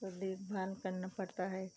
उसको देखभाल करना पड़ता है